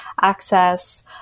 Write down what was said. access